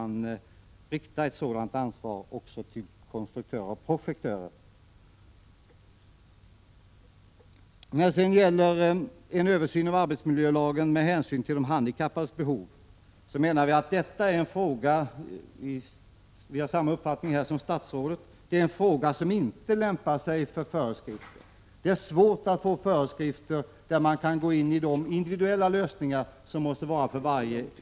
När det gäller en översyn av arbetsmiljölagen med hänsyn till de handikappades behov har vi samma uppfattning som statsrådet: det är en fråga som inte lämpar sig för föreskrifter. Det är svårt att med föreskrifter gå in på de individuella lösningar som behövs.